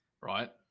right